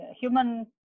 human